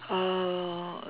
uh